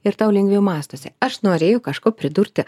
ir tau lengviau mąstosi aš norėjau kažko pridurti